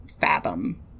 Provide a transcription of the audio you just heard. fathom